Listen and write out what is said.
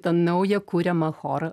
tą naują kuriamą chorą